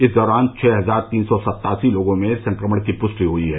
इस दौरान छह हजार तीन सौ सत्तासी लोगों में संक्रमण की पुष्टि हुई है